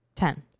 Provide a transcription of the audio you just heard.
Ten